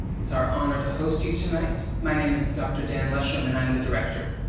it's our honor to host you tonight. my name is dr. dan leshem and i'm the director.